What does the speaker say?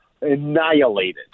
annihilated